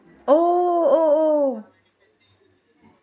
oh oh oh